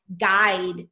guide